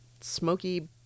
smoky